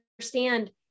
understand